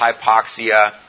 hypoxia